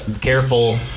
careful